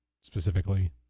specifically